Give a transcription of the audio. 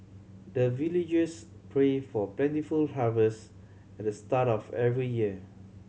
the villagers pray for plentiful harvest at the start of every year